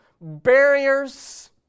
barriers